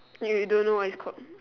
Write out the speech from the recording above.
then you don't know what it's called